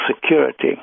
security